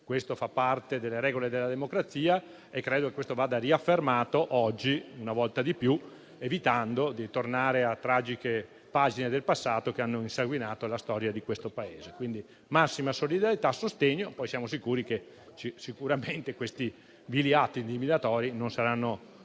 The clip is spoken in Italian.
questo fa parte delle regole della democrazia e credo che vada riaffermato oggi, una volta di più, evitando di tornare a tragiche pagine del passato che hanno insanguinato la storia di questo Paese. Quindi, ribadiamo la nostra massima solidarietà a sostegno e siamo sicuri che questi vili atti intimidatori non saranno